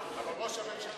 אבל ראש הממשלה